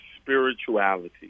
spirituality